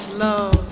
love